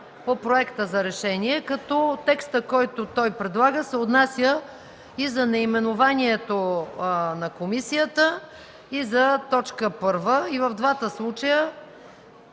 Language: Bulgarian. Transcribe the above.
по проекта за решение, като текстът, който предлага, се отнася и за наименованието на комисията, и за точка първа. И в двата случая